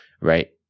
right